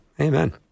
Amen